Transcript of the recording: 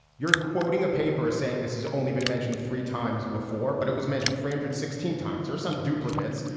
you're quoting a paper saying this has only been mentioned three times before but it was mentioned three hundred and sixteen times or some duplicates.